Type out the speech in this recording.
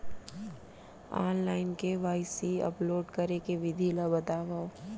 Online KYC upload करे के विधि ला बतावव?